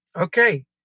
Okay